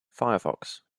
firefox